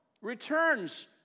returns